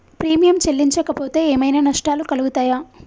Premium చెల్లించకపోతే ఏమైనా నష్టాలు కలుగుతయా?